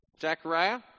Zechariah